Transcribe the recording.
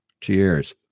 cheers